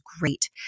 great